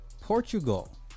portugal